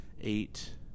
eight